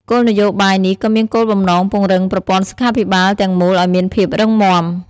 គោលនយោបាយនេះក៏មានគោលបំណងពង្រឹងប្រព័ន្ធសុខាភិបាលទាំងមូលឱ្យមានភាពរឹងមាំ។